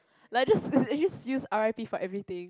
like just just use R_I_P for everything